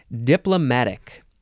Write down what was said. diplomatic